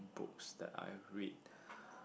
book that I've read